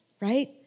right